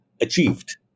achieved